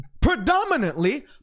predominantly